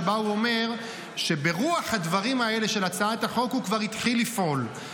שבה הוא אומר שברוח הדברים האלה של הצעת החוק הוא כבר התחיל לפעול.